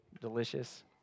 delicious